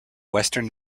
western